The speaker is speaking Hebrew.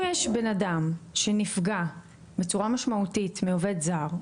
אם יש בן אדם שנפגע בצורה משמעותית מעובד זר,